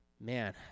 man